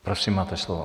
Prosím, máte slovo.